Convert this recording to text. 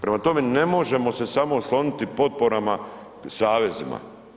Prema tome ne možemo se samo osloniti potporama, savezima.